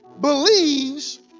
believes